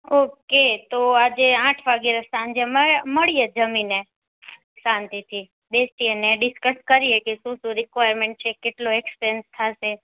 okay તો આજે આઠ વાગ્યે સાંજે મયે મળીએ જમીને શાંતિથી બેસીએ ને ડિસ્કસ કરીએ કે શું શું રિક્વાયરમેંટ છે કેટલો એક્સપેન્સ થાશે